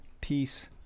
Peace